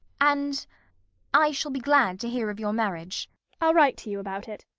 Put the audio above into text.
and i shall be glad to hear of your marriage i'll write to you about it.